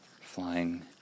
flying